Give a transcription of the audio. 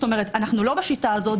אנחנו לא בשיטה הזאת,